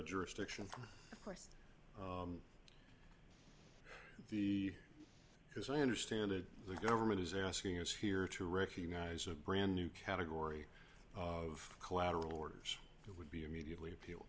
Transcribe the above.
jurisdiction from the as i understand it the government is asking us here to recognize a brand new category of collateral orders that would be immediately appeal